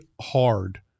hard